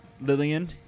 Lillian